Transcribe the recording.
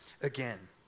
again